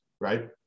right